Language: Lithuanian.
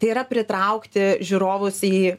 tai yra pritraukti žiūrovus į